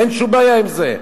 אין שום בעיה עם זה.